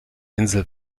insel